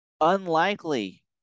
unlikely